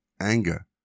anger